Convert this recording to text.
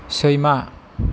सैमा